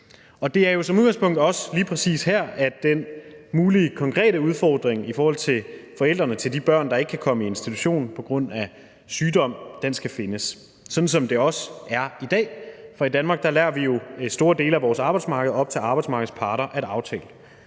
og det er jo som udgangspunkt også lige præcis her, at den mulige konkrete udfordring i forhold til forældrene til de børn, der ikke kan komme i institution på grund af sygdom, skal findes, sådan som det også er i dag, for i Danmark lader vi det jo være op til arbejdsmarkedets parter at lave